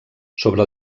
sobre